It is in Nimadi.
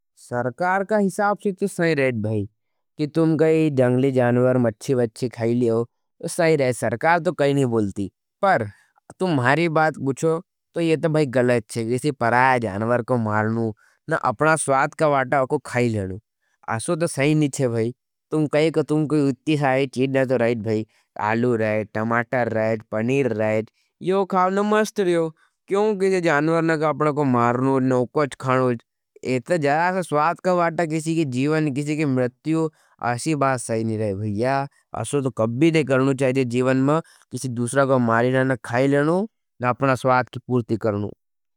सरकार का हिसाप से कि साही रहेथ भाई कि तुम गई जंगली जानवर मच्ची बच्ची खाई लियो। साही रहेथ, सरकार तो कई नहीं बोलती पर, तुम मारी बात बुछो तो ये तो भाई गलत हज। विसी पराया जानवर को मारनू ना अपना स्वाद का वाटा आपको खाई लेनू असो तो साही नहीं हज। भाई तुम कहे कि तुम को इतनी साही चीद नहीं तो रहेथ भाई आलू रहेथ, टमाटर रहेथ, पनीर रहेथ यो खावने मस्ट रहेथ। क्योंकि जानवर ना का अपना को मारनू, ना उपको अच्छानू इतने जड़ा स्वाद का वाटा किसी की जीवन, किसी की मिर्त्यू असी बात साही नहीं रहे भाई असो तो कब भी नहीं करनू चाहिए जीवन में किसी दूसरा को मारने ना खाई। लेनू ना अपना स्वाद की पूर्टी करनू।